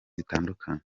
zitandukanye